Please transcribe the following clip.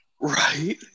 Right